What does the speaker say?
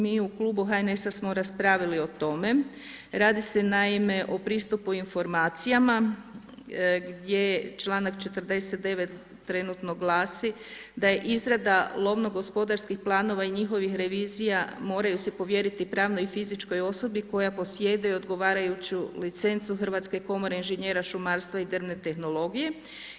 Mi u klubu HNS-a smo raspravili o tome, radi se naime o pristupu informacijama gdje članak 49. trenutno glasi da je izrada lovno-gospodarskih planova i njihovih revizija moraju se povjeriti pravnoj i fizičkoj osobi koja posjeduje i odgovarajuću licencu Hrvatske komore inženjera šumarstva i drvne tehnologije.